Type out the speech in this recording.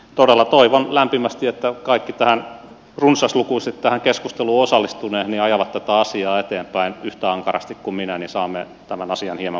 todella toivon lämpimästi että kaikki runsaslukuisesti tähän keskusteluun osallistuneet ajavat tätä asiaa eteenpäin yhtä ankarasti kuin minä niin että saamme tämän asian hieman